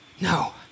No